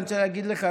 אני רוצה להגיד לך,